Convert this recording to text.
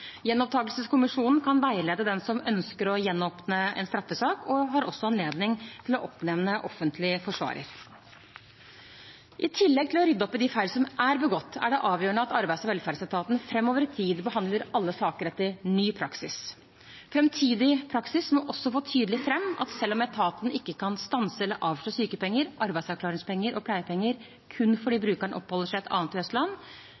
kan veilede den som ønsker å gjenåpne en straffesak, og har også anledning til å oppnevne en offentlig forsvarer. I tillegg til å rydde opp i de feil som er begått, er det avgjørende at Arbeids- og velferdsetaten framover i tid behandler alle saker etter ny praksis. Framtidig praksis må også få tydelig fram at selv om etaten ikke kan stanse eller avslå sykepenger, arbeidsavklaringspenger og pleiepenger kun fordi